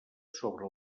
sobre